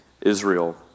Israel